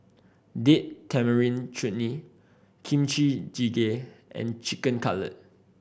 Date Tamarind Chutney Kimchi Jjigae and Chicken Cutlet